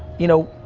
you know,